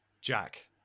Jack